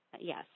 Yes